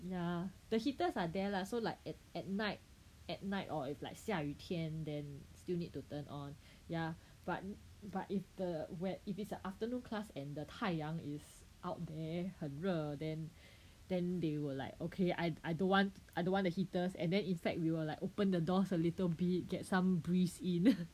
ya the heaters are there lah so like at at night at night or if like 下雨天 then still need to turn on ya but but if the wet if it's the afternoon class and the 太阳 is out there 很热 then then they will like okay I I don't want I don't want the heaters and then inside we will like open the doors a little bit get some breeze in